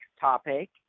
topic